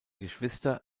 geschwister